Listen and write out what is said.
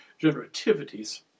generativities